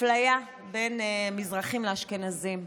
אפליה בין מזרחים לאשכנזים.